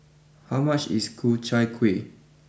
how much is Ku Chai Kuih